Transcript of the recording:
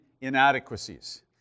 inadequacies